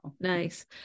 Nice